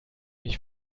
mich